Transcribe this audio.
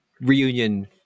reunion